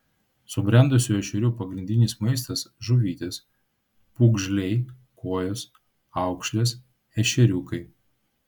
subrendusių ešerių pagrindinis maistas žuvytės pūgžliai kuojos aukšlės ešeriukai